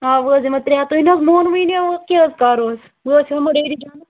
آ وۅنۍ حظ دِمٕے ترٛےٚ ہَتھ تۄہہِ نہَ مونوُے نہٕ کیٛاہ حظ کَرو أسۍ أسۍ ہیٚمو ڈیڈی جانَس